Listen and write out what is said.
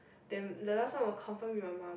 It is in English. then the last one will confirm be my mum